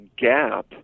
gap